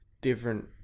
different